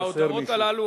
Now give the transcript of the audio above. ההודעות האלה,